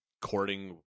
Courting